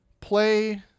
play